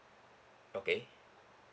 okay